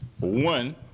One